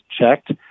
checked